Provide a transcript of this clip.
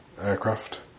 aircraft